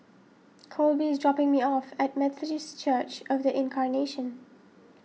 Colby is dropping me off at Methodist Church of the Incarnation